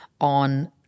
on